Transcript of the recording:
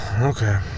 Okay